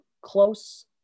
close